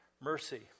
mercy